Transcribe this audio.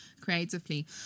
creatively